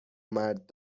مرد